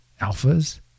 alphas